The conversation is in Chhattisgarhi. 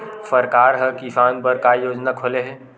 सरकार ह किसान बर का योजना खोले हे?